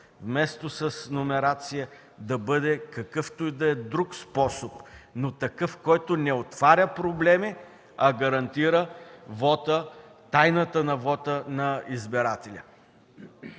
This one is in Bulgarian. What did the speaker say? Вместо с номерация да бъде какъвто и да е друг способ, но такъв, който не отваря проблеми, а гарантира тайната на вота на избирателя.